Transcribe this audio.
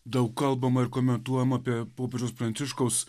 daug kalbama ir komentuojama apie popiežiaus pranciškaus